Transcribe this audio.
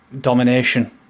domination